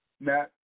Matt